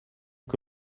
que